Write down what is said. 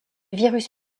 virus